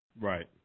Right